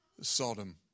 Sodom